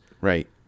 Right